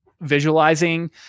visualizing